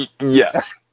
Yes